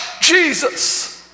Jesus